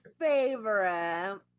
favorite